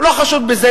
הוא לא חשוד בזה.